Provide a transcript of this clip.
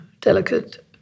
delicate